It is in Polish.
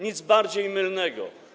Nic bardziej mylnego.